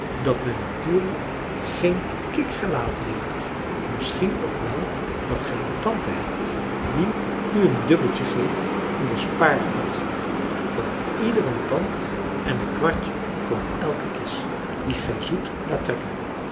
dat men natuurlijk geen kik gelaten heeft misschien ook wel dat gij een tante hebt die u een dubbeltje geeft in den spaarpot voor iederen tand en een kwartje voor elke kies die gij zoet laat trekken